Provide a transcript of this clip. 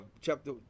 chapter